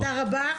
תודה רבה.